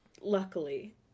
luckily